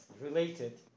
Related